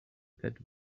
that